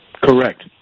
Correct